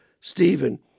Stephen